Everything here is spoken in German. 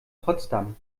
potsdam